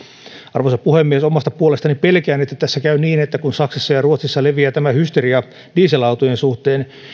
arvoisa puhemies omasta puolestani pelkään että tässä käy niin että kun saksassa ja ruotsissa leviää tämä hysteria dieselautojen suhteen